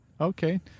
okay